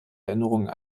erinnerung